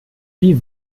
wie